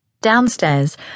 Downstairs